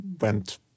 went